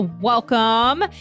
welcome